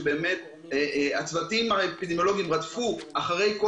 כאשר הצוותים האפידמיולוגיים באמת רדפו אחרי כל